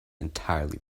entirely